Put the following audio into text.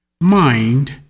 Mind